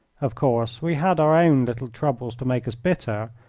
of course, we had our own little troubles to make us bitter,